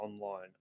online